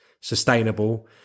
sustainable